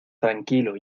tranquilo